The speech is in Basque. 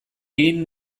egin